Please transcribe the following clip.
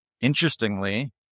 Interestingly